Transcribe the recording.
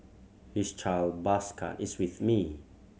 his child bus card is with me